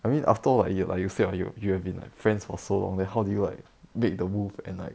I mean after all like like you said what you you have been like friends for so long then how do you like make the move and like